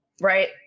right